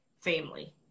family